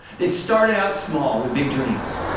that started out small with big dreams.